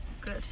good